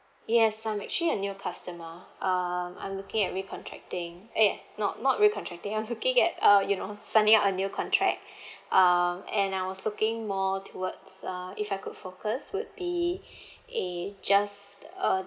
yes I'm actually a new customer um I'm looking at recontracting !aiya! not not recontracting I'm looking at uh you know signing a new contract um and I was looking more towards uh if I could focus would be eh just uh